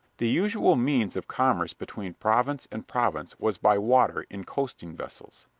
the usual means of commerce between province and province was by water in coasting vessels.